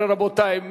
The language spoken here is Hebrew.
18, רבותי.